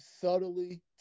subtly